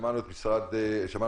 שמענו את משרד המשפטים,